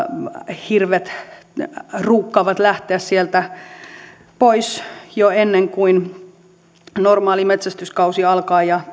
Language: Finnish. hirvet ruukaavat lähteä pois jo ennen kuin normaali metsästyskausi alkaa ja